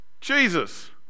Jesus